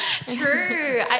True